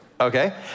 okay